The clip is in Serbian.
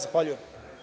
Zahvaljujem.